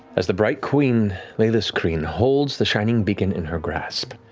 as the bright queen, leylas kryn, holds the shining beacon in her grasp,